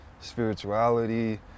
spirituality